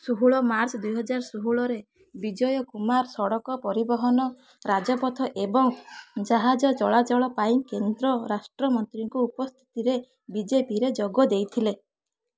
ଷୋହଳ ମାର୍ଚ୍ଚ ଦୁଇ ହଜାର ଷୋହଳରେ ବିଜୟକୁମାର ସଡ଼କ ପରିବହନ ରାଜପଥ ଏବଂ ଜାହାଜ ଚଳାଚଳ ପାଇଁ କେନ୍ଦ୍ର ରାଷ୍ଟ୍ରମନ୍ତ୍ରୀଙ୍କ ଉପସ୍ଥିତିରେ ବିଜେପିରେ ଯୋଗ ଦେଇଥିଲେ